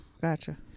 gotcha